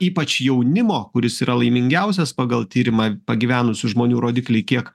ypač jaunimo kuris yra laimingiausias pagal tyrimą pagyvenusių žmonių rodikliai kiek